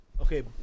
Okay